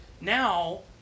Now